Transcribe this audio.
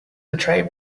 portray